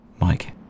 Mike